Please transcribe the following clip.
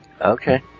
Okay